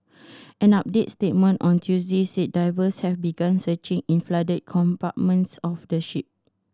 an updated statement on Tuesday said divers have begun searching in the flooded compartments of the ship